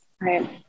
Right